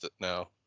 now